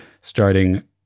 starting